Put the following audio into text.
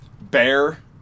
Bear